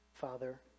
Father